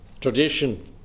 tradition